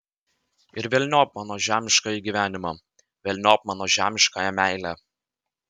ir velniop mano žemiškąjį gyvenimą velniop mano žemiškąją meilę